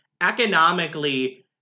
economically—